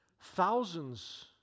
thousands